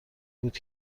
بود